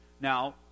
Now